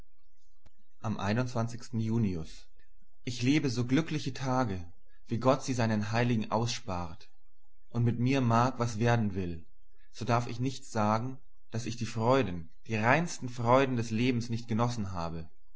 am junius ich lebe so glückliche tage wie sie gott seinen heiligen ausspart und mit mir mag werden was will so darf ich nicht sagen daß ich die freuden die reinsten freuden des lebens nicht genossen habe